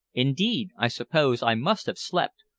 indeed, i suppose i must have slept,